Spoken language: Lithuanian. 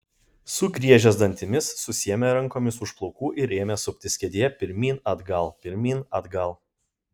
sugriežęs dantimis susiėmė rankomis už plaukų ir ėmė suptis kėdėje pirmyn atgal pirmyn atgal